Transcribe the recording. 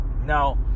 Now